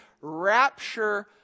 rapture